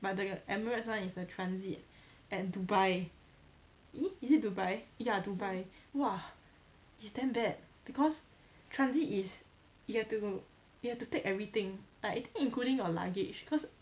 but the emirates one is the transit at dubai eh is it dubai ya dubai !wah! it's damn bad because transit is you have to you have to take everything like I think including your luggage cause